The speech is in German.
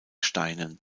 steinen